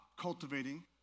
cultivating